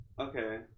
Okay